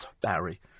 Barry